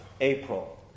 April